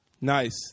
Nice